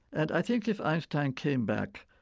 and i think if einstein came back,